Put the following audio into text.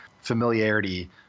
familiarity